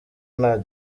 nta